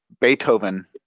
Beethoven